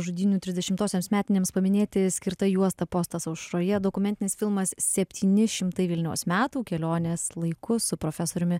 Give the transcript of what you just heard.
žudynių trisdešimtosioms metinėms paminėti skirta juosta postas aušroje dokumentinis filmas septyni šimtai vilniaus metų kelionės laiku su profesoriumi